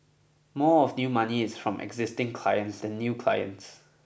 more of new money is from existing clients than new clients